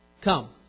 Come